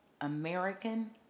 American